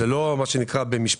זה לא מה שנקרא במשפט.